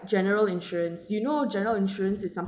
general insurance you know general insurance is some~